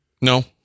No